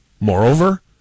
Moreover